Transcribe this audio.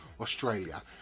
Australia